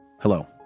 Hello